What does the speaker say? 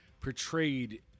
portrayed